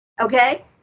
Okay